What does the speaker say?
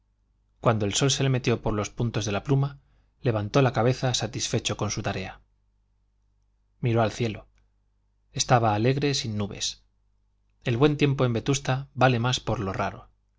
cuando el sol se le metió por los puntos de la pluma levantó la cabeza satisfecho de su tarea miró al cielo estaba alegre sin nubes el buen tiempo en vetusta vale más por lo